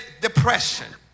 depression